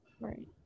Right